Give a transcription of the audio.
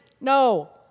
No